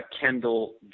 Kendall